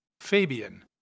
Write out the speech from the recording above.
Fabian